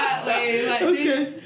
Okay